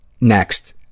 next